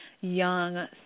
young